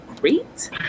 great